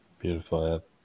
Beautiful